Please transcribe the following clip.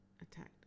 attacked